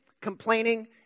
complaining